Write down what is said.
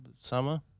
summer